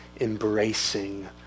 embracing